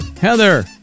Heather